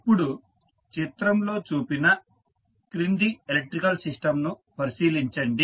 ఇప్పుడు చిత్రంలో చూపిన క్రింది ఎలక్ట్రికల్ సిస్టంను పరిశీలించండి